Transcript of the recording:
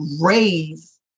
raise